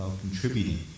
contributing